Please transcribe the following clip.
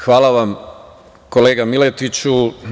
Hvala vam, kolega Miletiću.